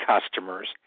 customers